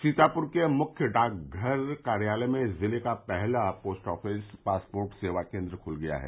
सीतापूर के मुख्य डाकघर कार्यालय में जिले का पहला पोस्ट आफिस पासपोर्ट सेवा केन्द्र खुल गया है